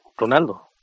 Ronaldo